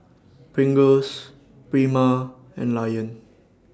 Pringles Prima and Lion